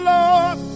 Lord